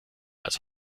als